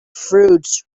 fruits